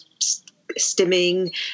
stimming